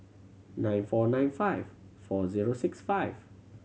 nine four nine five four zero six five